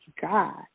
God